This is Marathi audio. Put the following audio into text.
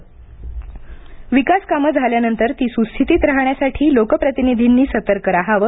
सीपी विकासकामे झाल्यानंतर ती सुस्थितीत राहण्यासाठी लोकप्रतिनिधींनी सतर्क रहावे